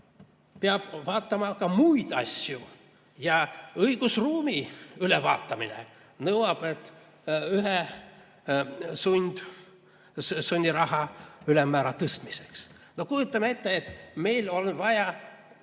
peab vaatama ka muid asju ja õigusruumi ülevaatamine nõuab, et ühe sunniraha ülemmäära tõstetaks. No kujutame ette, et meil on vaja